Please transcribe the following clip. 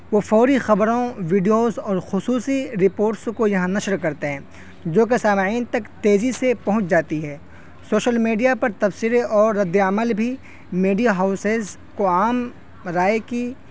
وہ فوری خبروں ویڈیوز اور خصوصی رپوٹس کو یہاں نشر کرتے ہیں جو کہ سامعین تک تیزی سے پہنچ جاتی ہے سوشل میڈیا پر تفصیلی اور رد عمل بھی میڈیا ہاؤسز کو عام رائے کی